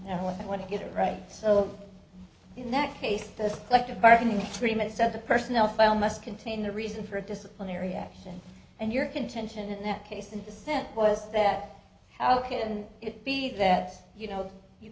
and want to get it right so in that case the collective bargaining agreement said the personnel file must contain the reason for disciplinary action and your contention in that case and dissent was that how can it be that you know you